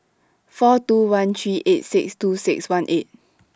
four two one three eight six two six one eight